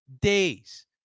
days